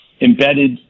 embedded